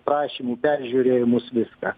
prašymų peržiūrėjimus viską